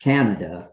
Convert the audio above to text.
Canada